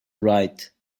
write